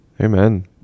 Amen